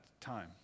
time